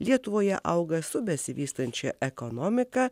lietuvoje auga su besivystančia ekonomika